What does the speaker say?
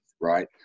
right